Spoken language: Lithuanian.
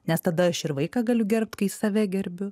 nes tada aš ir vaiką galiu gerbt kai save gerbiu